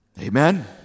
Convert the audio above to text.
amen